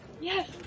yes